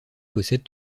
possède